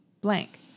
Blank